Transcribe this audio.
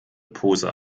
pose